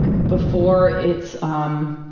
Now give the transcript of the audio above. before, it's um,